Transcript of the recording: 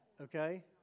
okay